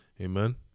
Amen